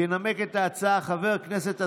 ינמק את ההצעה חבר הכנסת אזולאי,